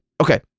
Okay